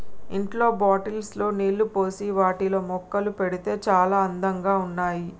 ఇంట్లో బాటిల్స్ లో నీళ్లు పోసి వాటిలో మొక్కలు పెడితే చాల అందంగా ఉన్నాయి